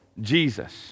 Jesus